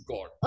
God